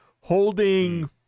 holding